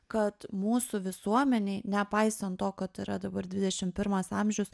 kad mūsų visuomenėj nepaisant to kad yra dabar dvidešim pirmas amžius